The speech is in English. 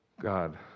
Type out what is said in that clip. God